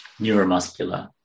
neuromuscular